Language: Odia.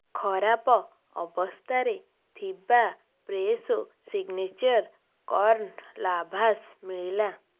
ଖରାପ ଅବସ୍ଥାରେ ଥିବା ଫ୍ରେଶୋ ସିଗ୍ନେଚର୍ କର୍ଣ୍ଣ ଲାଭାଶ୍ ମିଳିଲା